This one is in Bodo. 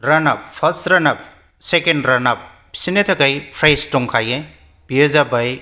रानार up first runner up second runner up बिसोरनो थाखाय प्राइस दंखायो बियो जाबाय